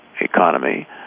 economy